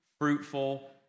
fruitful